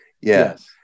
yes